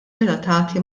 relatati